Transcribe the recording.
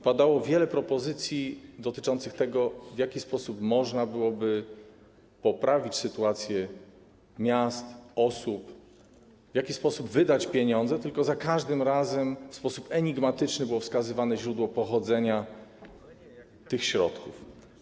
Padało wiele propozycji dotyczących tego, w jaki sposób można byłoby poprawić sytuację miast, osób, w jaki sposób wydać pieniądze, tylko że za każdym razem w sposób enigmatyczny było wskazywane źródło pochodzenia tych środków.